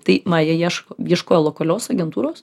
tai na jie ieško ieškojo lokalios agentūros